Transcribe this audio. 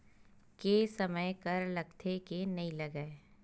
के समय कर लगथे के नइ लगय?